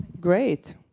great